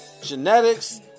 genetics